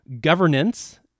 governance